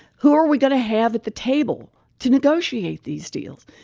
who are we going to have at the table to negotiate these deals?